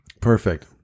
Perfect